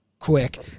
quick